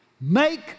make